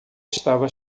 estava